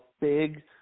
big